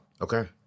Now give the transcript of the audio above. Okay